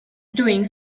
doing